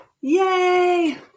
Yay